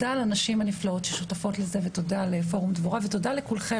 הנפלאות ותודה לכולן,